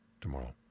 tomorrow